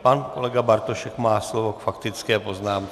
Pan kolega Bartošek má slovo k faktické poznámce.